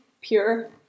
pure